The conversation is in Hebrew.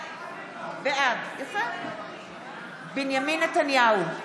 בעד בנימין נתניהו,